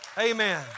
Amen